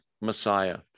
Messiah